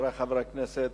חברי חברי הכנסת,